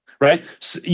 right